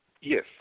Yes